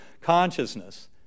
consciousness